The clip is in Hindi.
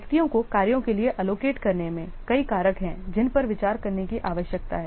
व्यक्तियों को कार्यों के लिए एलोकेट करने में कई कारक हैं जिन पर विचार करने की आवश्यकता है